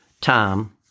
Tom